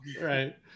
right